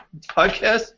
podcast